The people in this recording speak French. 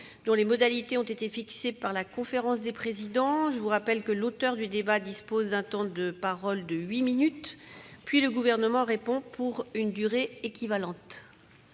dont les modalités ont été fixées par la conférence des présidents. Je vous rappelle que l'auteur de la demande du débat dispose d'un temps de parole de huit minutes, puis le Gouvernement répond pour une durée équivalente.